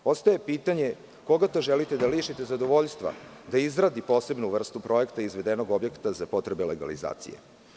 Ostaje pitanje koga to želite da lišite zadovoljstva da izradi posebnu vrstu projekta izvedenog objekta za potrebe legalizacije?